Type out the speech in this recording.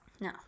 No